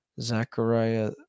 Zechariah